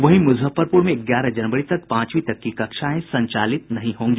वहीं मुजफ्फरपुर में ग्यारह जनवरी तक पांचवीं तक की कक्षाएं संचालित नहीं होंगी